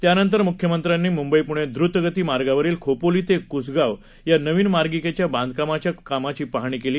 त्यानंतर मुख्यमंत्र्यांनी मुंबई पुणे द्वतगती मार्गावरील खोपोली ते कुसगाव या नवीन मार्गिकेच्या बांधकामाच्या कामाची पाहणी केली